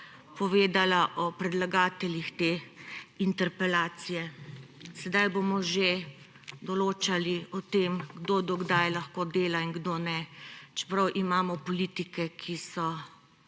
povedala o predlagateljih te interpelacije. Sedaj bomo že določali, kdo do kdaj lahko dela in kdo ne, čeprav imamo politike, ki so